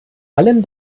allem